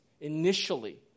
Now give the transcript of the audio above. initially